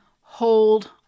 hold